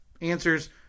answers